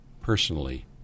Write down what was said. personally